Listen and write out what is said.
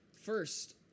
First